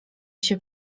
się